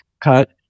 cut